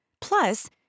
Plus